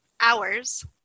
hours